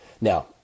Now